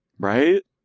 Right